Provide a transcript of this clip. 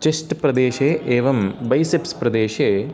chest प्रदेशे एवं biceps प्रदेशे